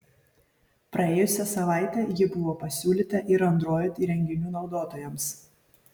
praėjusią savaitę ji buvo pasiūlyta ir android įrenginių naudotojams